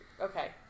Okay